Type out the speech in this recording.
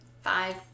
five